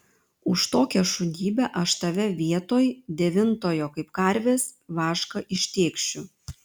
už tokią šunybę aš tave vietoj devintojo kaip karvės vašką ištėkšiu